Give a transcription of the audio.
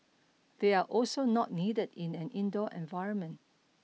they are also not needed in an indoor environment